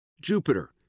Jupiter